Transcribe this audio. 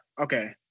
okay